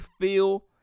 feel